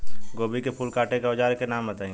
गोभी के फूल काटे के औज़ार के नाम बताई?